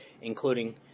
including